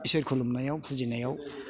इसोर खुलुमनायाव फुजिनायाव